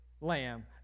lamb